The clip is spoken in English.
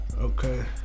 okay